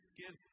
give